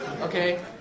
okay